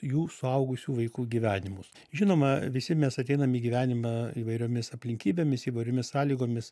jų suaugusių vaikų gyvenimus žinoma visi mes ateinam į gyvenimą įvairiomis aplinkybėmis įvairiomis sąlygomis